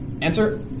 Answer